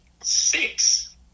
six